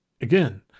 again